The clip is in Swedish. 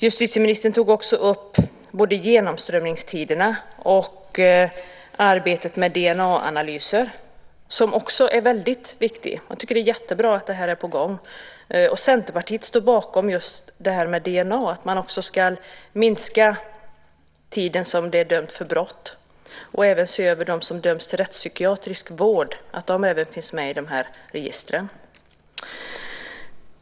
Justitieministern tog också upp både genomströmningstiderna och arbetet med DNA-analyser. Det är också väldigt viktigt. Jag tycker att det är jättebra att detta är på gång. Centerpartiet står bakom att detta med DNA-analyser, att det ska gälla vid kortare strafftid och att man ska se över om även de som döms till rättspsykiatrisk vård ska finnas med i dessa register.